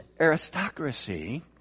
aristocracy